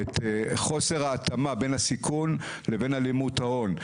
את חוסר ההתאמה בין הסיכון לבין הלימות ההון.